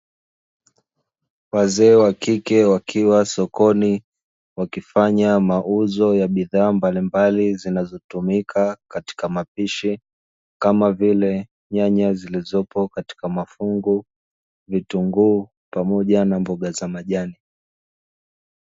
Wazee wakike wakiwa sokoni wakifanya mauzo ya bidhaa mbalimbali zinazotumika katika mapishi, kama vile nyanya zilizopo katika mafungu, vitunguu pamoja na mboga za majani.